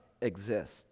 exist